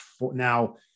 Now